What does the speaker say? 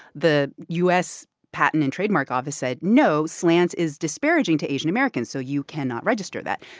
the u s. patent and trademark office said, no, slants is disparaging to asian-americans. so you cannot register that.